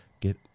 get